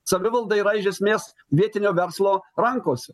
savivalda yra iš esmės vietinio verslo rankos